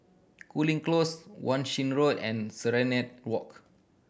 Cooling Close Wan Shih Road and Serenade Walk